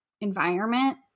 environment